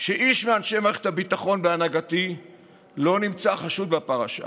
שאיש מאנשי מערכת הביטחון בהנהגתי לא נמצא חשוד בפרשה,